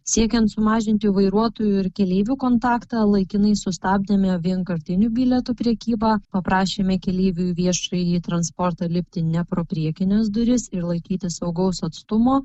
siekiant sumažinti vairuotojų ir keleivių kontaktą laikinai sustabdėme vienkartinių bilietų prekybą paprašėme keleivių į viešąjį transportą lipti ne pro priekines duris ir laikytis saugaus atstumo